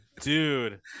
dude